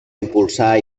impulsar